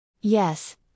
Yes